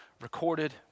recorded